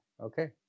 okay